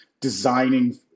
designing